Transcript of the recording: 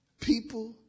people